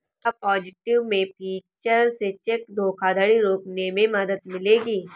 क्या positive pay feature से cheque धोखाधड़ी रोकने में मदद मिलेगी?